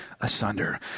asunder